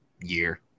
year